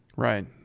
Right